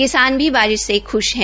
किसान भी बारिश से खुश है